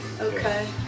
Okay